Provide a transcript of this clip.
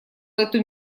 эту